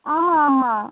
ஆமாம்மா